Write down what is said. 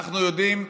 אנחנו יודעים,